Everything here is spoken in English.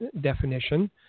definition